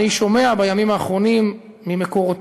אני שומע בימים האחרונים ממקורותי,